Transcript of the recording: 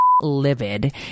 livid